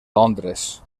londres